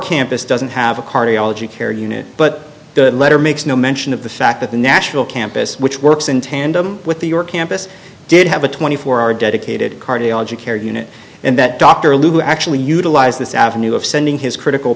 campus doesn't have a cardiology care unit but the letter makes no mention of the fact that the national campus which works in tandem with the or campus did have a twenty four hour dedicated cardiology care unit and that dr lou actually utilized this avenue of sending his critical